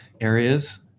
areas